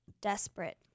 desperate